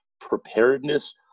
preparedness